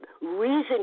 reason